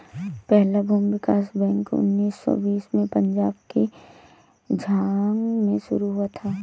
पहला भूमि विकास बैंक उन्नीस सौ बीस में पंजाब के झांग में शुरू हुआ था